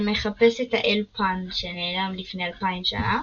שמחפש את האל פאן שנעלם לפני 2,000 שנה,